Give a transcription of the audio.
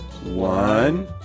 One